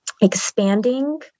expanding